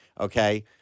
Okay